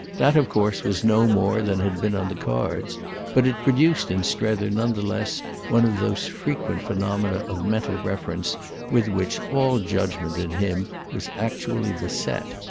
that of course was no more than had been on the cards but it produced in strether none the less one of those frequent phenomena of mental reference with which all judgement in him was actually beset.